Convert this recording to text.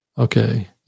Okay